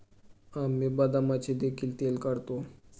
आम्ही बदामाचे देखील तेल काढतो